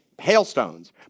hailstones